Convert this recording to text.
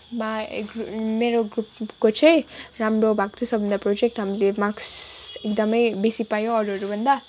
my group मेरो ग्रुपको चाहिँ राम्रो भएको थियो सबैभन्दा प्रोजेक्ट हामीले मार्क्स एकदमै बेसी पायौँ अरूहरूभन्दा